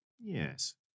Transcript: Yes